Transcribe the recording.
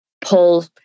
pull